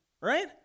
right